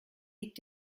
liegt